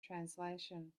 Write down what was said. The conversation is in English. translation